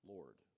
Lord